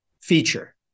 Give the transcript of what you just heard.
feature